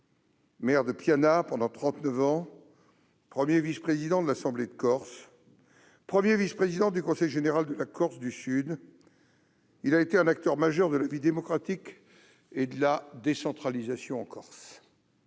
Maire de Piana pendant trente-neuf ans, premier vice-président de l'Assemblée de Corse, premier vice-président du conseil général de la Corse-du-Sud, Nicolas Alfonsi a été un acteur majeur de la vie démocratique et de la décentralisation en Corse.